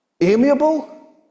Amiable